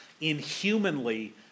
inhumanly